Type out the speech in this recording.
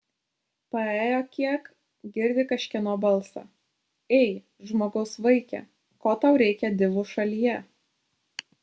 paėjo kiek girdi kažkieno balsą ei žmogaus vaike ko tau reikia divų šalyje